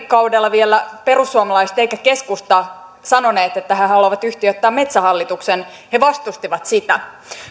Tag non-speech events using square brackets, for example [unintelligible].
[unintelligible] kaudella vielä perussuomalaiset eikä keskusta sanoneet että he haluavat yhtiöittää metsähallituksen he vastustivat sitä